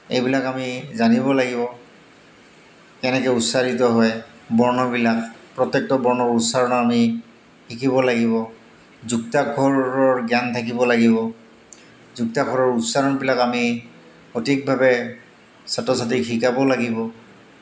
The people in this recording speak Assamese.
এইবিলাক আমি জানিব লাগিব কেনেকৈ উচ্চাৰিত হয় বৰ্ণবিলাক প্ৰত্যেকটো বৰ্ণৰ উচ্চাৰণ আমি শিকিব লাগিব যুক্তাক্ষৰৰ জ্ঞান থাকিব লাগিব যুক্তাক্ষৰৰ উচ্চাৰণবিলাক আমি সঠিকভাৱে ছাত্ৰ ছাত্ৰীক শিকাব লাগিব